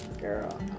girl